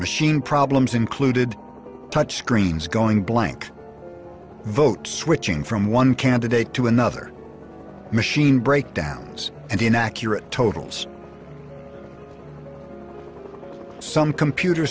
machine problems included touch screens going blank vote switching from one candidate to another machine breakdowns and inaccurate totals some computer